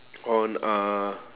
on uh